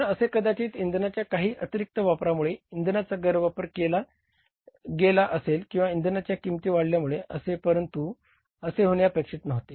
तर असे कदाचित इंधनाच्या काही अतिरिक्त वापरामुळे इंधनाचा गैरवापर केला गेला असेल किंवा इंधनाच्या किंमती वाढल्यामुळे झाले असेल परंतु ते असे होणे अपेक्षित नव्हते